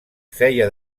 feia